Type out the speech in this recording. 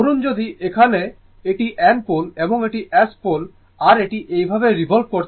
ধরুন যদি এখানে এটি N পোল এবং এটি S পোল আর এটি এইভাবে রিভল্ভ করছে